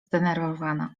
zdenerwowana